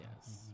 yes